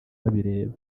babireba